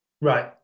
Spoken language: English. Right